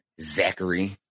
Zachary